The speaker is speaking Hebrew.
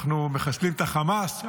אנחנו מחסלים את החמאס,